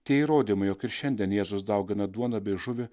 tie įrodymai jog ir šiandien jėzus daugina duoną bei žuvį